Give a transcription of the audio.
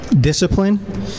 discipline